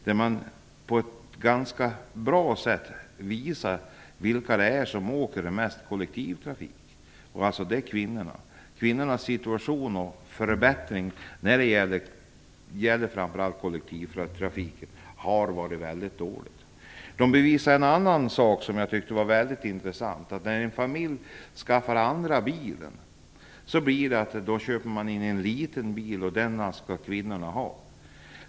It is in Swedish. Där visade man på ett ganska bra sätt vilka det är som åker mest kollektivtrafik, och det är kvinnorna. Det har varit väldigt dåligt när det gäller förbättring av kvinnornas situation, och det gäller framför allt kollektivtrafiken. De visade också en annan sak som jag tyckte var intressant. När en familj skaffar den andra bilen köper man en liten bil, och den skall kvinnorna ha.